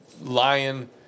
lion